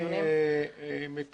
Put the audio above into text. ברשותך.